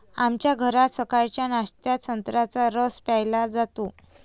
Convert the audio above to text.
आमच्या घरात सकाळच्या नाश्त्यात संत्र्याचा रस प्यायला जातो